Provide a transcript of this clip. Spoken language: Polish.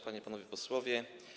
Panie i Panowie Posłowie!